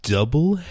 Double